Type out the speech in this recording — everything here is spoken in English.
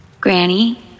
Granny